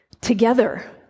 together